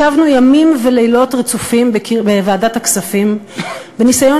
ישבנו ימים ולילות רצופים בוועדת הכספים בניסיון